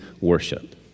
worship